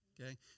Okay